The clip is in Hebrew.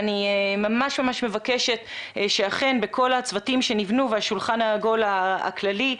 אני ממש מבקשת שאכן בכל הצוותים שנבנו והשולחן העגול הכללי,